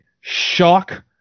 shock